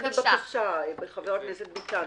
הם באים בבקשה, חבר הכנסת ביטן.